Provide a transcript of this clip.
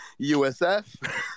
USF